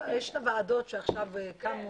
יש את הוועדות שקמו.